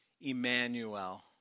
Emmanuel